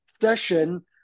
session